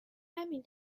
همین